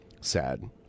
sad